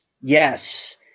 Yes